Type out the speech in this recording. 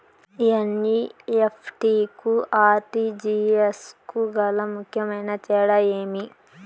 NEFT కు RTGS కు గల ముఖ్యమైన తేడా ఏమి?